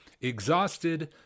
exhausted